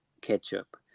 ketchup